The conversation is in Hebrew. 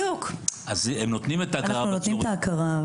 אנחנו נותנים את ההכרה.